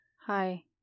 Hi